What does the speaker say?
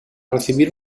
recibir